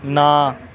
ਨਾ